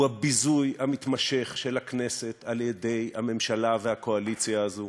הוא הביזוי המתמשך של הכנסת על-ידי הממשלה והקואליציה הזאת